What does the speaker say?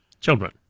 Children